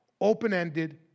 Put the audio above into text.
open-ended